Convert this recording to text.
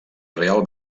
real